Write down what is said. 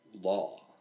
law